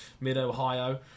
mid-Ohio